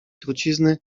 trucizny